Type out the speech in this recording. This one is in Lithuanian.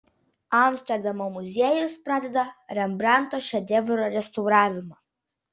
amsterdamo muziejus pradeda rembrandto šedevro restauravimą